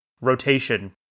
rotation